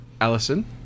Allison